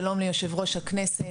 שלום ליו"ר הכנסת,